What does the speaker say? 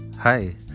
Hi